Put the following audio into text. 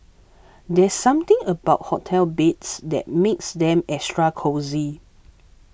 there's something about hotel beds that makes them extra cosy